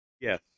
Yes